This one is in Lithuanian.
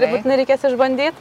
ir būtinai reikės išbandyt